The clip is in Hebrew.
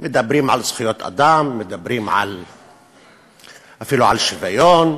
מדברים על זכויות אדם, מדברים אפילו על שוויון,